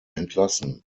entlassen